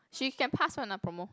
she can pass one lah promo